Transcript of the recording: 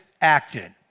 acted